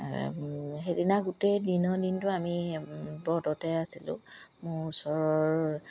সেইদিনা গোটেই দিনৰ দিনটো আমি ব্ৰততে আছিলোঁ মোৰ ওচৰৰ